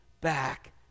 back